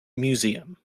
museum